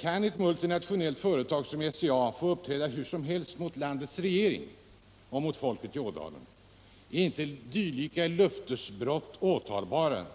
Kan ett multinationellt företag såsom SCA uppträda hur som helst mot landets regering och mot folket i Ådalen? Är inte dylika löftesbrott åtalbara?